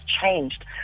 changed